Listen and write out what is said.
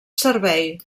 servei